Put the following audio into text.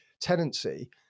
tenancy